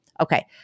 Okay